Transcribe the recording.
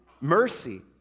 mercy